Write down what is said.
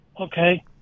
Okay